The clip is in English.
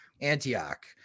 Antioch